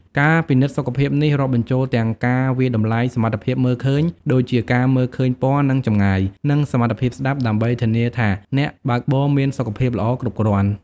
ការពិនិត្យសុខភាពនេះរាប់បញ្ចូលទាំងការវាយតម្លៃសមត្ថភាពមើលឃើញ ដូចជាការមើលឃើញពណ៌ និងចម្ងាយ និងសមត្ថភាពស្ដាប់ ដើម្បីធានាថាអ្នកបើកបរមានសុខភាពល្អគ្រប់គ្រាន់។